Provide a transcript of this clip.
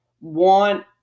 want